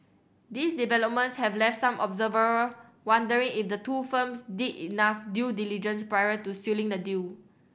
these developments have left some observer wondering if the two firms did enough due diligence prior to sealing the deal